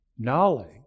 knowledge